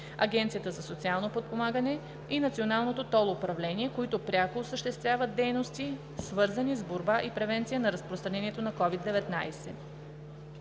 Агенцията за социално подпомагане и Националното тол управление, които пряко осъществяват дейности, свързани с борба и превенция на разпространението на COVID-19.